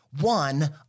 one